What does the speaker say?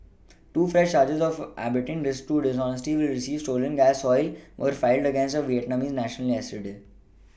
two fresh are charges of abetting list to dishonestly receive stolen gas oil were filed against a Vietnamese national yesterday